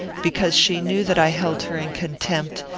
because she knew that i held her in contempt,